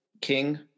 King